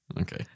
Okay